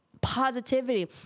positivity